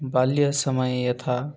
बाल्यसमये यथा